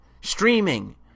streaming